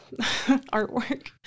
artwork